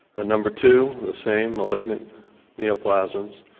number two, the same, malignant neoplasms,